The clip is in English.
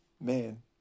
Man